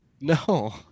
No